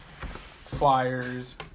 Flyers